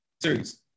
serious